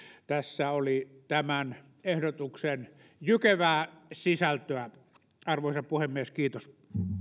tässä oli tämän ehdotuksen jykevää sisältöä arvoisa puhemies kiitos